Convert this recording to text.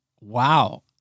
Wow